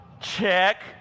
check